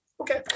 Okay